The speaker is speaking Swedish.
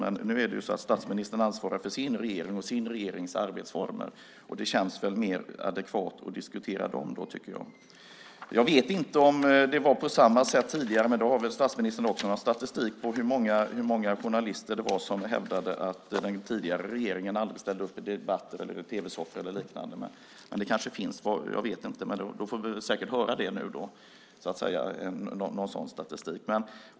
Men nu ansvarar statsministern för sin regering och sin regerings arbetsformer, och då känns det väl mer adekvat att diskutera dem. Jag vet inte om det var på samma sätt tidigare, men statsministern har väl också någon statistik på hur många journalister som hävdade att den tidigare regeringen aldrig ställde upp på debatter, i tv-soffor eller liknande. Det kanske finns - jag vet inte - men vi får säkert höra någon sådan statistik i så fall.